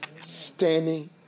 standing